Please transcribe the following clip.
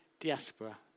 diaspora